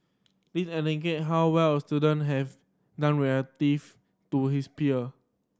this indicate how well a student have done relative to his peer